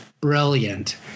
brilliant